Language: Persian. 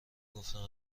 گفتم